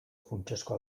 funtsezko